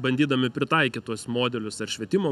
bandydami pritaikyt tuos modelius ar švietimo